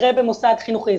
מקרה במוסד חינוכי,